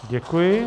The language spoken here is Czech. Děkuji.